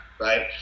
right